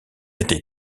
été